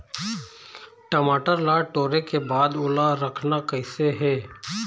टमाटर ला टोरे के बाद ओला रखना कइसे हे?